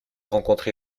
rencontré